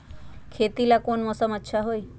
खेती ला कौन मौसम अच्छा होई?